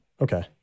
okay